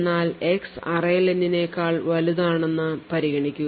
എന്നാൽ x array len നേക്കാൾ വലുതാണെന്ന് പരിഗണിക്കുക